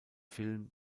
film